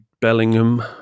Bellingham